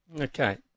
Okay